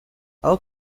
how